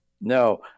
No